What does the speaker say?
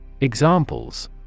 Examples